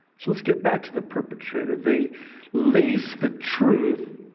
so let's get back to the perpetrator. they lace the truth